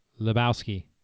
lebowski